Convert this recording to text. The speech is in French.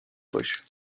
poche